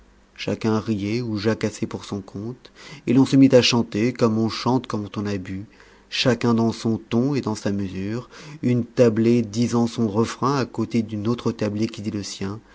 chacun riait ou jacassait pour son compte et l'on se mit à chanter comme on chante quand on a bu chacun dans son ton et dans sa mesure une tablée disant son refrain à côté d'une autre tablée qui dit le sien